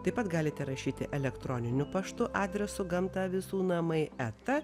taip pat galite rašyti elektroniniu paštu adresu gamta visų namai eta